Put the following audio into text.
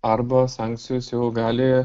arba sankcijos jau gali